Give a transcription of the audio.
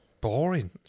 Boring